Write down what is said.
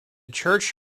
church